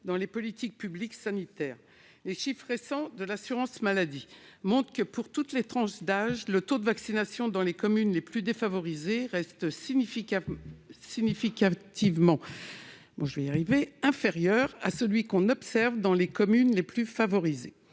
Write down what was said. dans les politiques publiques sanitaires. Les chiffres récents de l'assurance maladie montrent que, pour toutes les tranches d'âge, le taux de vaccination dans les communes les plus défavorisées reste significativement inférieur à celui que l'on observe dans les communes les plus favorisées